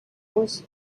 was